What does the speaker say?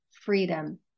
freedom